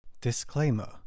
Disclaimer